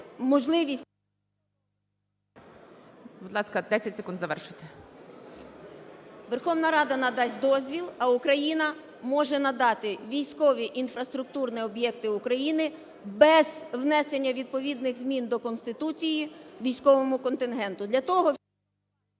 Верховна Рада надасть дозвіл, а Україна може надати військові інфраструктурні об'єкти України без внесення відповідних змін до Конституції військовому контингенту.